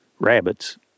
rabbits